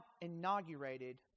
inaugurated